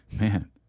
Man